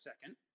second